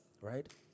Right